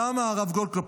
למה, הרב גולדקנופ?